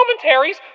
commentaries